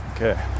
Okay